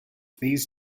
these